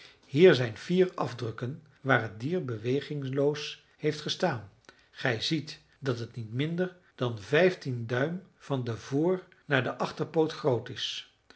hier zijn vier afdrukken waar het dier bewegingloos heeft gestaan gij ziet dat het niet minder dan vijftien duim van den voor naar den achterpoot groot is